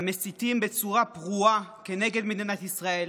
המסיתים בצורה פרועה כנגד מדינת ישראל.